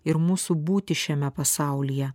ir mūsų būtį šiame pasaulyje